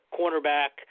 cornerback